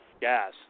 gas